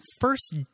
first